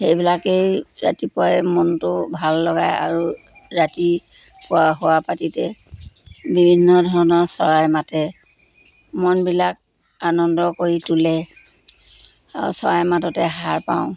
সেইবিলাকেই ৰাতিপুৱাই মনটো ভাল লগায় আৰু ৰাতি খোৱা শোৱা পাতিতে বিভিন্ন ধৰণৰ চৰাই মাতে মনবিলাক আনন্দ কৰি তোলে আৰু চৰাই মাততে সাৰ পাওঁ